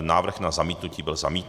Návrh na zamítnutí byl zamítnut.